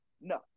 No